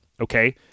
okay